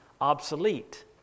obsolete